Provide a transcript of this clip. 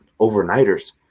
overnighters